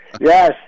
Yes